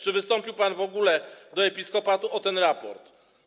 Czy wystąpił pan w ogóle do Episkopatu o ten raport?